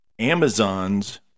Amazon's